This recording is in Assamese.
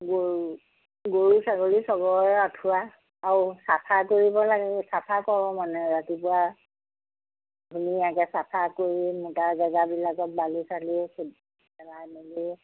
গৰু গৰু ছাগলী চবৰে আঁঠুৱা আৰু চাফা কৰিব লাগে চাফা কৰোঁ মানে ৰাতিপুৱা ধুনীয়াকৈ চাফা কৰি মূতা জেগাবিলাকত বালি চালি পেলাই মেলি